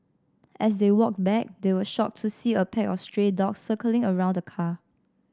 as they walked back they were shocked to see a pack of stray dogs circling around the car